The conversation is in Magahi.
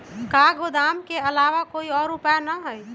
का गोदाम के आलावा कोई और उपाय न ह?